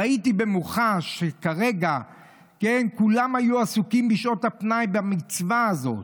ראיתי במוחש שברגע שכולם היו עסוקים בשעות הפנאי במצווה הזאת,